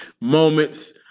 moments